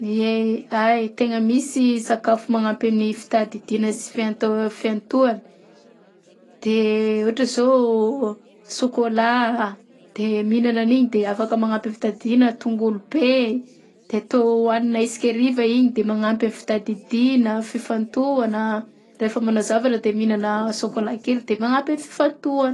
Ay, tegna misy sakafo manampy amin'ny fitadidiagna sy fianto- fiantohana de ôhatra zao sôkôla de mihignana agniny de afaka magnampy amy fitadidiagna; tongolo be; de tô hohagnina iseky ariva igny de magnampy amy fitadidina, fifantoana rehefa manao zavatra de mihignana sôkôla kely de magnampy amy fifantohana.